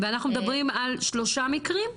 ואנחנו מדברים על שלושה מקרים?